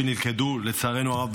שנלכדו, לצערנו הרב,